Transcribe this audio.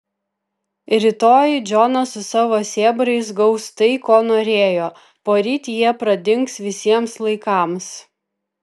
rytoj džonas su savo sėbrais gaus tai ko norėjo poryt jie pradings visiems laikams